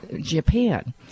Japan